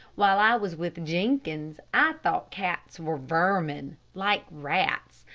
while i was with jenkins i thought cats were vermin, like rats,